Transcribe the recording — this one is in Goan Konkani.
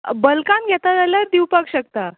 बल्कान घेता जाल्यार दिवपाक शकता